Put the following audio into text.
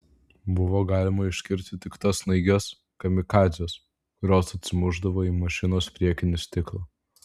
buvo galima išskirti tik tas snaiges kamikadzes kurios atsimušdavo į mašinos priekinį stiklą